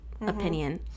opinion